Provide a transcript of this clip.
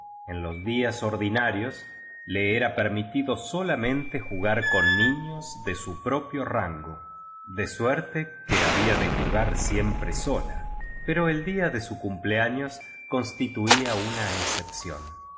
en los días ordinarios le era permitido solamente ju biblioteca nacional de españa el cumpleaños be la infanta gar con niños d su propio rango de suerte que había de jugar siempre sola pero el día de su cumpleaños constituía una excepción y